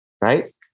right